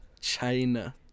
China